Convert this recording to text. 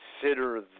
consider